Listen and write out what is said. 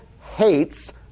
hates